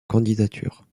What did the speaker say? candidature